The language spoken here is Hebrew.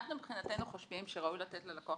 אנחנו מבחינתנו חושבים שראוי לתת ללקוח